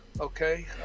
okay